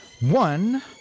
one